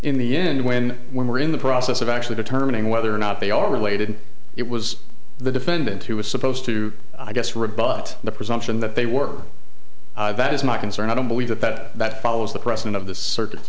in the end when we're in the process of actually determining whether or not they are related it was the defendant who was supposed to i guess rebut the presumption that they were that is my concern i don't believe that that that follows the president of the circu